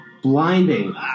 Blinding